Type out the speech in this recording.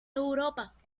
europa